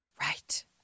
Right